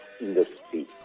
industry